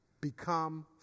become